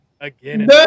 again